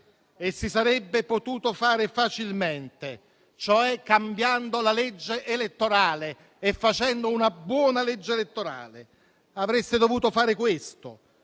e si sarebbe potuto fare facilmente, cioè cambiando la legge elettorale e facendone una buona. Avreste dovuto fare questo